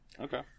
Okay